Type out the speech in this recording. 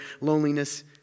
loneliness